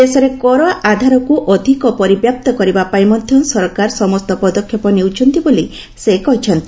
ଦେଶରେ କର ଆଧାରକୁ ଅଧିକ ପରିବ୍ୟାପ୍ତ କରିବା ପାଇଁ ମଧ୍ୟ ସରକାର ସମସ୍ତ ପଦକ୍ଷେପ ନେଉଛନ୍ତି ବୋଲି ସେ କହିଛନ୍ତି